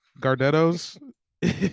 Gardetto's